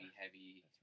heavy